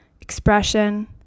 expression